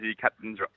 Captain's